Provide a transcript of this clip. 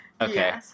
okay